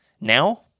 Now